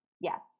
Yes